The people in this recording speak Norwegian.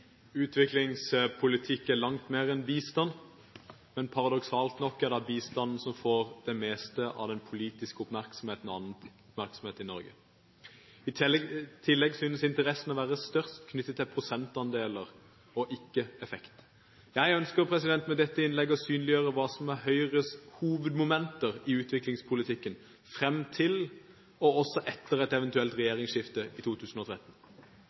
Utviklingspolitikk er langt mer enn bistand, men paradoksalt nok er det bistanden som får det meste av den politiske oppmerksomheten i Norge. I tillegg synes interessen å være størst knyttet til prosentandeler og ikke effekt. Jeg ønsker med dette innlegget å synliggjøre hva som er Høyres hovedmomenter i utviklingspolitikken fram til, og også etter, et eventuelt regjeringsskifte i 2013.